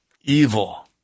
evil